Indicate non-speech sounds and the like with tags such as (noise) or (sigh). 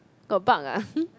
got bug ah (laughs)